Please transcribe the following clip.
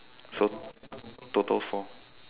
so total four